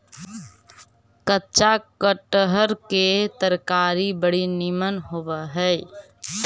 कच्चा कटहर के तरकारी बड़ी निमन होब हई